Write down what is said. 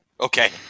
Okay